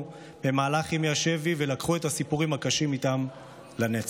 במהלך ימי השבי ולקחו את הסיפורים הקשים איתם לנצח.